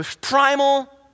primal